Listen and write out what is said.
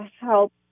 help